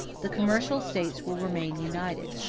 the commercial states will remain united.